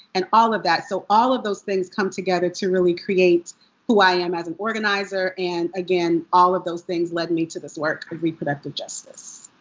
and all of that. so all of those things come together to really create who i am as an organizer. and again, all of those things led me to this work of reproductive justice.